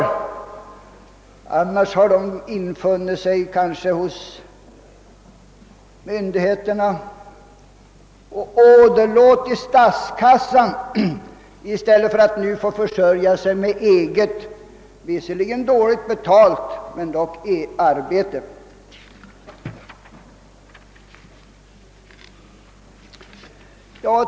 I annat fall hade de kanske infunnit sig hos myn digheterna och åderlåtit statskassan i stället för att nu försörja sig med eget, visserligen dåligt betalt, men dock arbete.